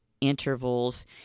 intervals